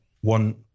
one